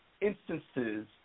instances